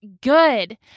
good